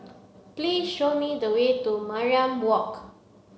please show me the way to Mariam Walk